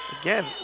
again